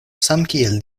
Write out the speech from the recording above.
samkiel